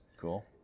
Cool